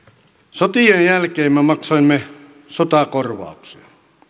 sotien jälkeen me maksoimme sotakorvauksia